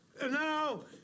No